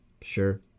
sure